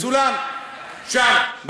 מצולם שם,